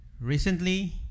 Recently